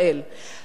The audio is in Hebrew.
התמונה,